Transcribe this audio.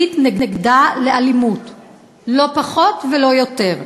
הוא הסית לאלימות נגדה, לא פחות ולא יותר.